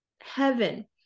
Heaven